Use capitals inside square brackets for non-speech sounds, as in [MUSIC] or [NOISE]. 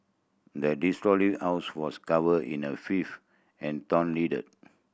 the desolated house was covered in the filth and torn letter [NOISE]